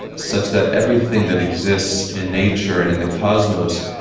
such that everything that exists in nature and in the cosmos